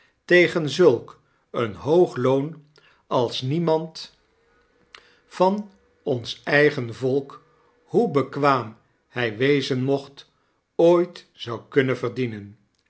tegen zulk een hoog loon als niemand van ons eigen volk hoe bekwaam hij wezen mocht ooit zou kunnen verdienen